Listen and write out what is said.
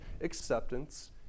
acceptance